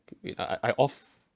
wait I I off